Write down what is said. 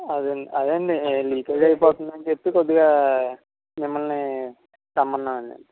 అదే అండి అదే అండి లికేజ్ అయితుందని చెప్పి కొద్దిగా మిమ్మలని తెమ్మన్నాను అండి